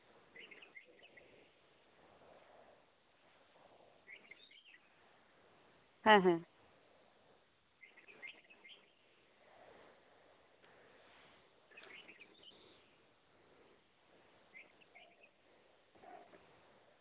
ᱦᱮᱸ ᱦᱮᱸ